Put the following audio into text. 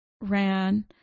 ran